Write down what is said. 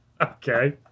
Okay